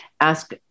ask